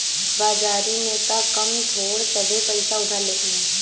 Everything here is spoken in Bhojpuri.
बाजारी में तअ कम थोड़ सभे पईसा उधार लेत हवे